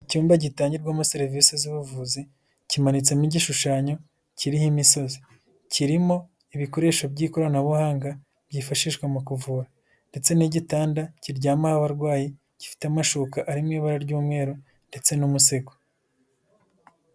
Icyumba gitangirwamo serivisi z'ubuvuzi kimanitsemo igishushanyo kiriho imisozi, kirimo ibikoresho by'ikoranabuhanga byifashishwa mu kuvura ndetse n'igitanda kiryamaho abarwayi gifite amashuka arimo ibara ry'umweru ndetse n'umusego.